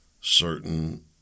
certain